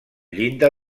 llinda